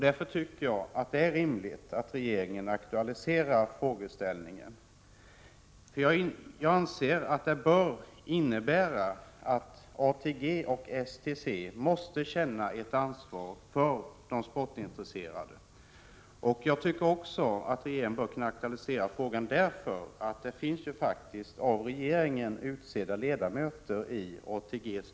Jag tycker att det därför är rimligt att regeringen aktualiserar frågan. ATG och STC måste känna ett ansvar med tanke på de sportintresserade. Jag anser att regeringen bör kunna aktualisera frågan också av det skälet att det i ATG:s styrelse faktiskt finns ledamöter som är utsedda av regeringen.